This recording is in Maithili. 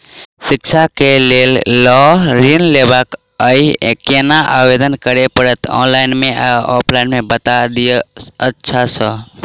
शिक्षा केँ लेल लऽ ऋण लेबाक अई केना आवेदन करै पड़तै ऑनलाइन मे या ऑफलाइन मे बता दिय अच्छा सऽ?